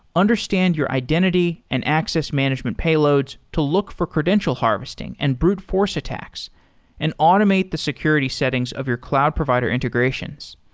understand your identity and access management payloads to look for credential harvesting and brute force attacks and automate the security settings of your cloud provider integrations.